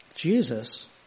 Jesus